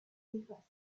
hijas